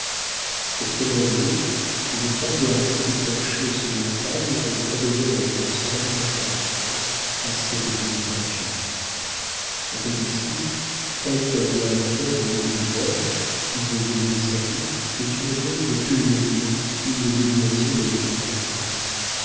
pour colorier une femme doit rester penchée sur une table et s'adonner avec une certaine attention à cette demi peinture la tapisserie faite comme doit la faire une ouvrière qui veut gagner sa vie est une cause de pulmonie ou de déviation de l'épine dorsale